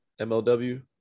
MLW